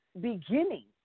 beginning